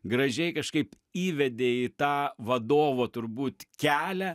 gražiai kažkaip įvedė į tą vadovo turbūt kelią